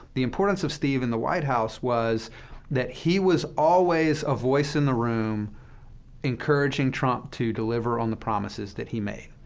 the importance of steve in the white house was that he was always a voice in the room encouraging trump to deliver on the promises that he made.